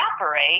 evaporate